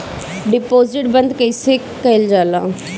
Deposit बंद कैसे कैल जाइ?